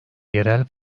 yerel